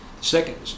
second